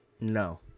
No